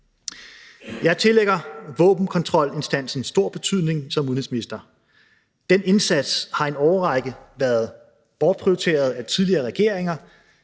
Jeg tillægger våbenkontrolinstansen stor betydning som udenrigsminister. Den indsats har i en årrække været bortprioriteret af tidligere regeringer,